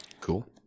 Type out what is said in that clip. cool